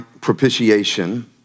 propitiation